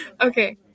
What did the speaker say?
Okay